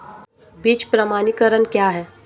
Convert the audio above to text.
बीज प्रमाणीकरण क्या है?